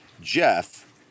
Jeff